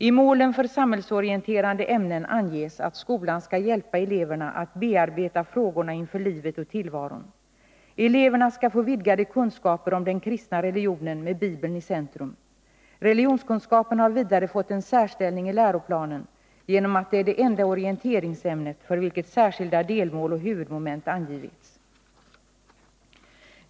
I målen för samhällsorienterande ämnen anges att skolan skall hjälpa eleverna att bearbeta frågorna inför livet och tillvaron. Eleverna skall få vidgade kunskaper om den kristna religionen med Bibeln i centrum. Religionskunskapen har vidare fått en särställning i läroplanen genom att den är det enda orienteringsämnet för vilket särskilda delmål och huvudmoment angivits.